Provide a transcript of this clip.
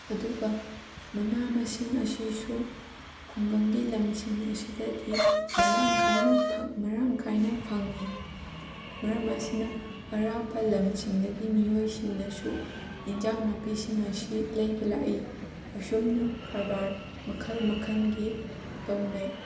ꯑꯗꯨꯒ ꯃꯅꯥ ꯃꯁꯤꯡ ꯑꯁꯤꯁꯨ ꯈꯨꯡꯒꯪꯒꯤ ꯂꯝꯁꯤꯡ ꯑꯁꯤꯗꯗꯤ ꯃꯔꯥꯡ ꯀꯥꯏꯅ ꯐꯪ ꯃꯔꯥꯡ ꯀꯥꯏꯅ ꯐꯪꯉꯤ ꯃꯔꯝ ꯑꯁꯤꯅ ꯑꯔꯥꯞꯄ ꯂꯝꯁꯤꯡꯗꯒꯤ ꯃꯤꯑꯣꯏꯁꯤꯡꯅꯁꯨ ꯏꯟꯖꯥꯡ ꯅꯥꯄꯤꯁꯤꯡ ꯑꯁꯤ ꯂꯩꯕ ꯂꯥꯛꯏ ꯑꯁꯨꯝꯅ ꯀꯔꯕꯥꯔ ꯃꯈꯜ ꯃꯈꯜꯒꯤ ꯇꯧꯅꯩ